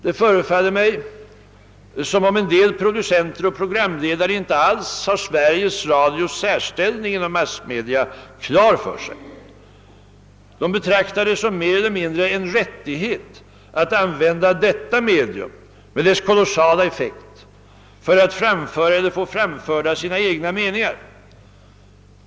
Det förefaller som om en del producenter och programledare inte alls har Sveriges Radios särställning inom massmedia klar för sig. De betraktar det som mer eller mindre en rättighet att använda detta medium med dess kolossala effekt för att framföra eller få framförda sina egna meningar.